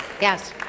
yes